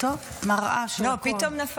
מראה של הכול.